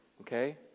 Okay